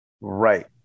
right